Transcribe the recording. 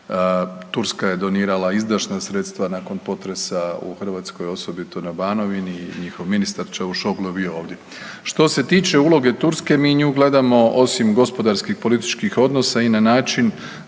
Turska je donirala izdašna sredstva nakon potresa u Hrvatskoj, osobito na Banovini i njihov ministar Cavusoglu je bio ovdje. Što se tiče uloge Turske mi nju gledamo osim gospodarskih i političkih odnosa i na način